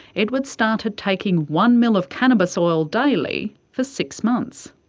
edward started taking one ml of cannabis oil daily for six months.